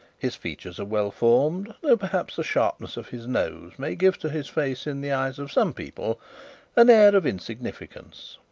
his features are well formed, though perhaps the sharpness of his nose may give to his face in the eyes of some people an air of insignificance.